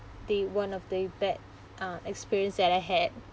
the one of the bad uh experience that I had